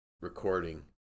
recording